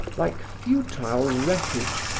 like futile wreckage,